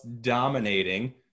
dominating